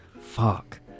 fuck